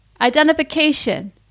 Identification